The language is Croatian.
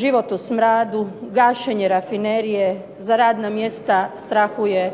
"Život u smradu", "Gašenje rafinerije", za radna mjesta strahuje